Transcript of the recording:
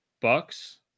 Bucks